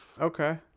Okay